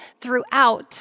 throughout